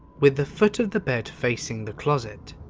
with the foot of the bed facing the closet,